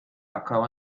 acaba